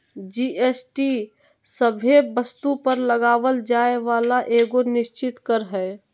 GST सभे वस्तु पर लगावल जाय वाला एगो निश्चित कर हय